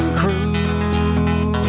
crew